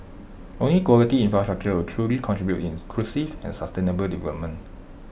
only quality infrastructure will truly contribute to inclusive and sustainable development